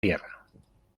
tierra